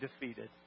defeated